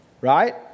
Right